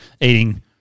eating